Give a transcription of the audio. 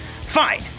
Fine